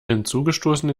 hinzugestoßene